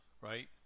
right